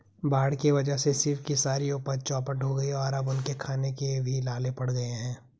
बाढ़ के वजह से शिव की सारी उपज चौपट हो गई और अब उनके खाने के भी लाले पड़ गए हैं